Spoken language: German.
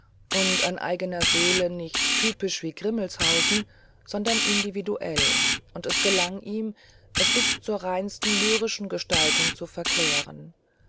und an eigener seele nicht typisch wie grimmelshausen sondern individuell und es gelang ihm es bis zur reinsten lyrischen gestaltung zu verklären